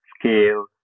scale